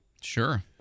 Sure